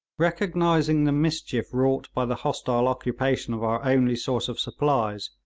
recognising the mischief wrought by the hostile occupation of our only source of supplies,